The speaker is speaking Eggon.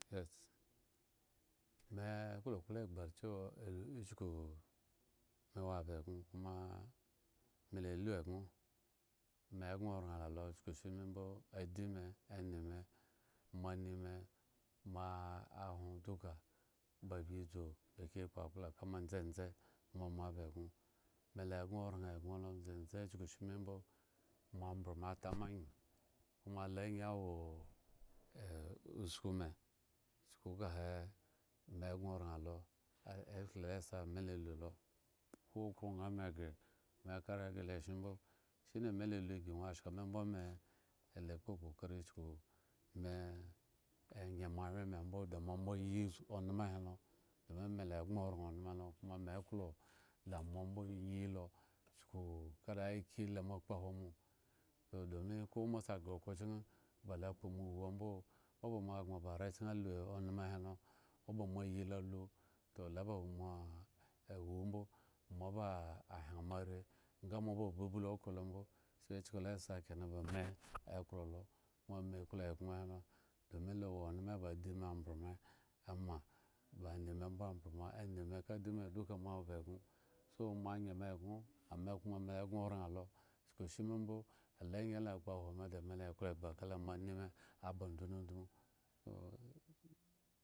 me eklo klo egba chewa archuku me wo ba egŋo koma me lalu egŋo me gŋo raŋ la lo chukushimi mbo adime, anime, moanine moa ahwon duka ba dzubagi kpo akpla ka mo ndzendze koma moaba egŋo mela gŋoraŋ egŋo lo ndzendze chukushimi mbo moambwe ata ma angyi koma lo angyi a e usku me chuku ka he me gŋoraŋ lo ekple esa melalulo ko okhro ŋha me ghre me ka ghre lo eshen mbo shine me la lu ygi ŋwo ashka mi mbo me la kpo kokori chukume, enye moawyen me mbo chuku da mo mbo yi us onomo helo domi mela gŋoraŋ anomo lo koma me klo lamo mbo yi lo chuku kara aki lo ma kpoahwo mo toh domi ko mo sa ghre okhro chken ba lo kpo mo iwu ambo oba moagŋo ba arechken onoma he lo ba mo ayi lo lu toh lo ba wo mo iwu mbo moaba hyen moare nga moaba blublu okhro lo mbo so chkula sa ke na ba me eklo lo koma me klo egŋo helo domi lo wo onomo ba achime ambwe me ama ba aneme ambo mbwe anime ka di me duka moawo ba egŋo so moanye egŋo alo angyi la kpoahwo da me la eklo egba ka la moanime aba ndundundmu.